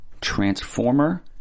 Transformer